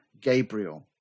Gabriel